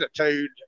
attitude